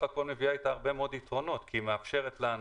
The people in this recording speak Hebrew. הכול מביאה אתה הרבה מאוד יתרונות כי היא מאפשרת לנו